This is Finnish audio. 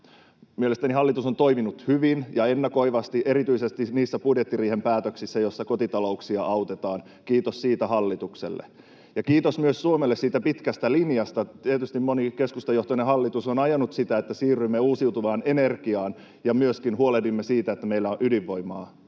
hallitus on toiminut hyvin ja ennakoivasti erityisesti niissä budjettiriihen päätöksissä, joissa kotitalouksia autetaan. Kiitos siitä hallitukselle, ja kiitos myös Suomelle siitä pitkästä linjasta; tietysti moni keskustajohtoinen hallitus on ajanut sitä, että siirrymme uusiutuvaan energiaan ja myöskin huolehdimme siitä, että meillä on ydinvoimaa